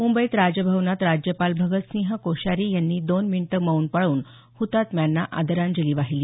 मुंबईत राजभवनात राज्यपाल भगत सिंह कोश्यारी यांनी दोन मिनिटे मौन पाळून हतात्म्यांना आदरांजली वाहिली